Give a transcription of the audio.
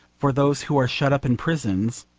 for those who are shut up in prisons,